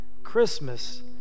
Christmas